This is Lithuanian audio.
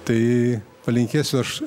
tai palinkėsiu aš